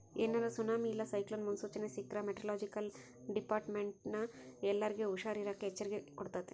ಏನಾರ ಸುನಾಮಿ ಇಲ್ಲ ಸೈಕ್ಲೋನ್ ಮುನ್ಸೂಚನೆ ಸಿಕ್ರ್ಕ ಮೆಟೆರೊಲೊಜಿಕಲ್ ಡಿಪಾರ್ಟ್ಮೆಂಟ್ನ ಎಲ್ಲರ್ಗೆ ಹುಷಾರಿರಾಕ ಎಚ್ಚರಿಕೆ ಕೊಡ್ತತೆ